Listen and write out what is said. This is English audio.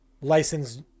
licensed